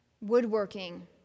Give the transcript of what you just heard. woodworking